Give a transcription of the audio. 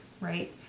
right